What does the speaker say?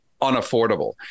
unaffordable